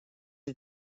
que